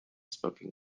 smoking